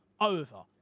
over